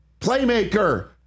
playmaker